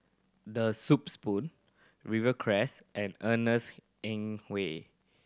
The Soup Spoon Rivercrest and Ernest